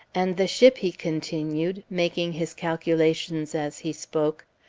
and the ship, he continued, making his calculations as he spoke,